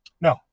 No